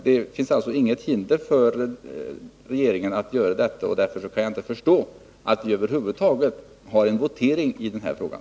Det finns alltså inget hinder för regeringen att göra detta, och därför kan jag inte förstå att vi över huvud taget har en votering i den här frågan.